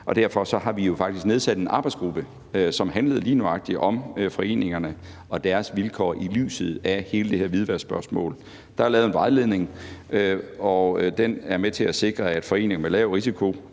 vi jo faktisk nedsat en arbejdsgruppe, som handlede lige nøjagtig om foreningerne og deres vilkår i lyset af hele det her hvidvaskspørgsmål. Der er lavet en vejledning, og den er med til at sikre, at foreninger med lav risiko